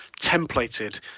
templated